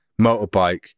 motorbike